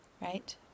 right